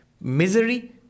misery